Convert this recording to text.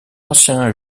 ancien